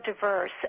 diverse